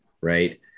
right